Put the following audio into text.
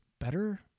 better